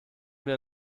wir